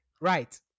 right